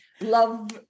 love